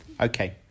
Okay